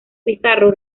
pizarro